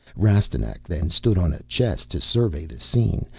rastignac then stood on a chest to survey the scene,